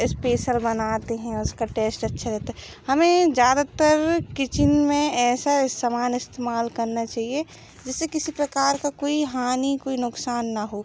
special बनाते हैं उसका टेस्ट अच्छा रहता है हमें ज़्यादातर किचिन में ऐसा समान इस्तेमाल करना चाहिए जिससे किसी प्रकार की कोई हानि कोई नुक़सान ना हो